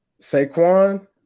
Saquon